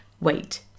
wait